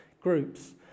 groups